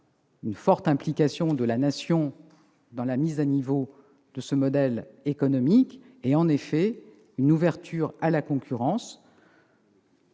une forte implication de la Nation dans la mise à niveau de notre modèle économique, avec une ouverture à la concurrence